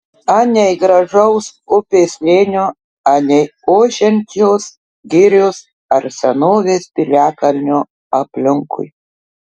anei gražaus upės slėnio anei ošiančios girios ar senovės piliakalnio aplinkui